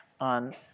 On